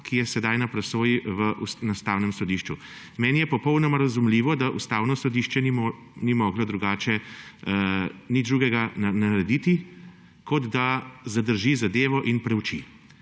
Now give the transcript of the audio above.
ki je sedaj na presoji na Ustavnem sodišču. Meni je popolnoma razumljivo, da Ustavno sodišče ni moglo nič drugega narediti, kot da zadevo zadrži in preuči.